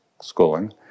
schooling